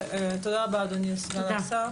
רבה, אדוני סגן השר.